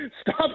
stop